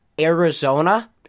Arizona